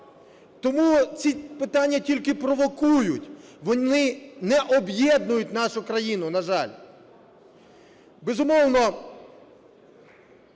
Тому ці питання тільки провокують, вони не об'єднують нашу країну, на жаль.